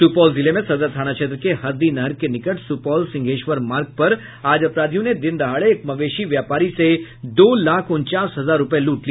सुपौल जिले में सदर थाना क्षेत्र के हरदी नहर के निकट सुपौल सिंहेश्वर मार्ग पर आज अपराधियों ने दिनदहाड़े एक मवेशी व्यापारी से दो लाख उनचास हजार रुपये लूट लिए